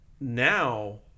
now